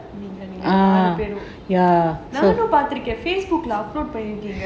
நீங்க நானும் பாத்து இருக்கேன்:neenga naanum paathu irukaen Facebook lah upload பண்ணி இருக்கீங்க:panni irukeenga